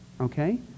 Okay